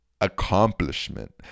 accomplishment